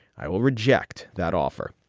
i will reject that offer.